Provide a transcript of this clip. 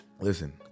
listen